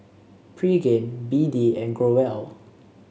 Pregain B D and Growell